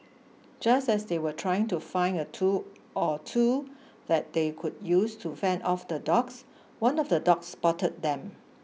just as they were trying to find a tool or two that they could use to fend off the dogs one of the dogs spotted them